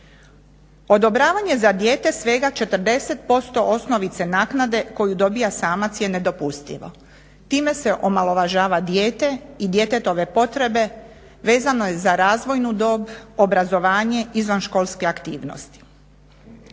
Odobravanje za dijete svega 40% osnovice naknade koju dobiva samac je nedopustivo. Time se omalovažava dijete i djetetove potrebe, vezano je za razvojnu dob, obrazovanje, izvanškolske aktivnosti.